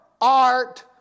art